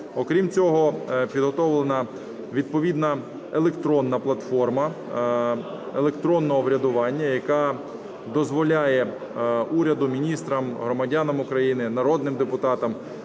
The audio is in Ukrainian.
Окрім цього, підготовлена відповідна електронна платформа електронного урядування, яка дозволяє уряду, міністрам, громадянам України, народним депутатам